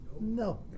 No